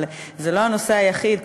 אבל זה לא הנושא היחיד,